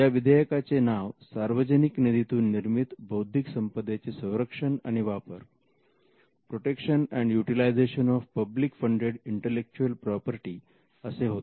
या विधेयकाचे नाव सार्वजनिक निधीतून निर्मित बौद्धिक संपदेचे संरक्षण आणि वापर असे होते